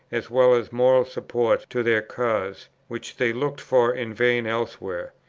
as well as moral support to their cause, which they looked for in vain elsewhere.